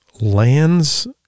lands